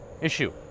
issue